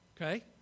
Okay